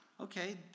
Okay